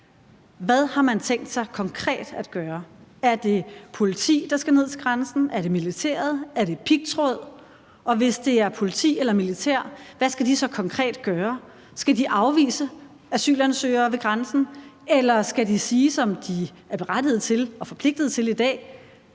Hvad har man tænkt sig konkret at gøre? Er det politi, der skal ned til grænsen, er det militær, eller er det pigtråd? Og hvis det er politi eller militær, hvad skal de så konkret gøre? Skal de afvise asylansøgere ved grænsen, eller skal de sige, som de er berettiget til og forpligtet til i dag: